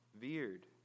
veered